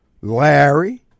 Larry